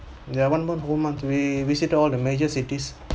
ya one one whole month we visit all the major cities